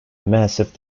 massive